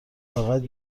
فقط